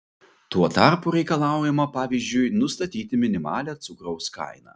tuo tarpu reikalaujama pavyzdžiui nustatyti minimalią cukraus kainą